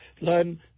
learn